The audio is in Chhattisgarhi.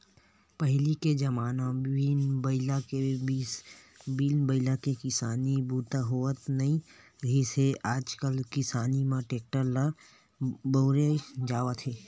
पहिली के जमाना म बिन बइला के किसानी बूता ह होवत नइ रिहिस हे आजकाल किसानी म टेक्टर ल बउरे जावत हे